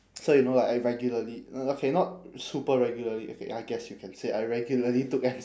so you know like I regularly uh okay not super regularly okay I guess you can say I regularly took M